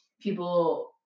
people